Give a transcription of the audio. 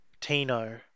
Tino